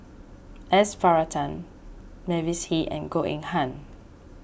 S Varathan Mavis Hee and Goh Eng Han